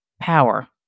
power